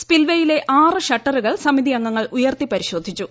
സ്പിൽവേയിലെ ആറ് ഷട്ടറുകൾ സമിതി അംഗങ്ങൾ ഉയർത്തി പരിശോധിച്ചു